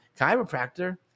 chiropractor